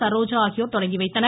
சரோஜா ஆகியோர் தொடங்கிவைத்தனர்